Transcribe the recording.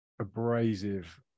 abrasive